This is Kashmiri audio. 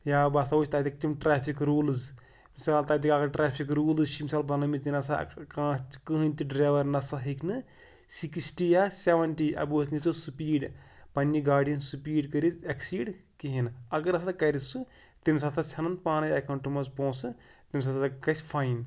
یا بہٕ ہَسا وٕچھ تَتیٚکۍ تِم ٹرٛیفِک روٗلٕز مِثال تَتِکۍ اگر ٹرٛیفِک روٗلٕز چھِ مِثال بَنٲومٕتۍ یہِ نَسا کانٛہہ کٕہٕنۍ تہِ ڈرٛیوَر نَسا ہیٚکہِ نہٕ سِکِسٹی یا سٮ۪وَنٹی اٮ۪بَو ہٮ۪کہِ نہٕ سُہ سُپیٖڈ پنٛنہِ گاڑِ ہٕنٛز سُپیٖڈ کٔرِتھ ایٚکسیٖڈ کِہیٖنۍ نہٕ اگر ہَسا کَرِ سُہ تٔمۍ ساتہٕ ژھٮ۪نَن پانَے اٮ۪کاوُنٛٹہٕ منٛز پونٛسہٕ تمہِ ساتہٕ ہَسا گژھِ فایِن